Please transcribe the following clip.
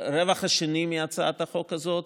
הרווח השני מהצעת החוק הזאת,